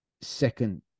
second